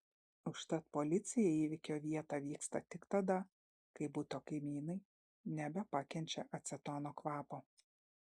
užtat policija į įvykio vietą vyksta tik tada kai buto kaimynai nebepakenčia acetono kvapo